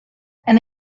and